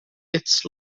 its